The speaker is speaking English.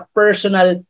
personal